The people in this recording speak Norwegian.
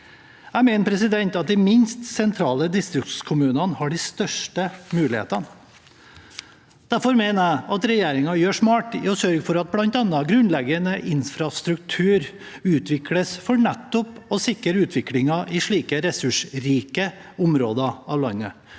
Jeg mener at de minst sentrale distriktskommunene har de største mulighetene. Derfor gjør regjeringen smart i å sørge for at bl.a. grunnleggende infrastruktur utvikles, for nettopp å sikre utviklingen i slike ressursrike områder av landet.